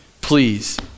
please